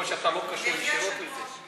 או שאתה לא קשור ישירות לזה.